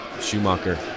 Schumacher